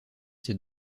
ces